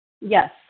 Yes